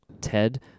Ted